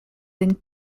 den